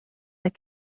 that